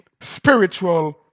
spiritual